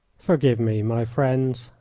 forgive me, my friends,